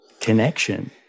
connection